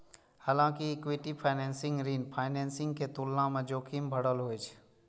हालांकि equity financing ऋण financing के तुलना मे जोखिम भरल होइ छै